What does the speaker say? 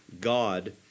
God